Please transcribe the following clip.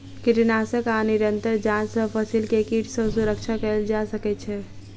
कीटनाशक आ निरंतर जांच सॅ फसिल के कीट सॅ सुरक्षा कयल जा सकै छै